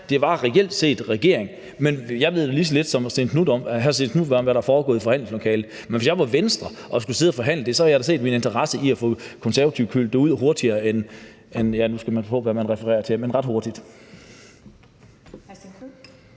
det var reelt set regeringen. Men jeg ved jo lige så lidt som hr. Stén Knuth om, hvad der er foregået i forhandlingslokalet, men hvis jeg var Venstre og skulle sidde og forhandle det, så havde jeg da set min interesse i at få Konservative kylet ud hurtigere end ... nu skal man passe på med, hvad man refererer til, men ret hurtigt.